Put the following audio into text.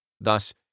Thus